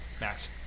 Max